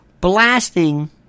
blasting